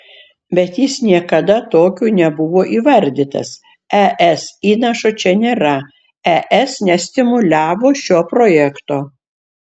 bet jis niekada tokiu nebuvo įvardytas es įnašo čia nėra es nestimuliavo šio projekto